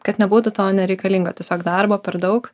kad nebūtų tau nereikalingo tiesiog darbo per daug